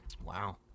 Wow